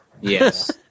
Yes